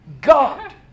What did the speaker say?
God